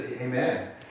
Amen